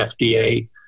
FDA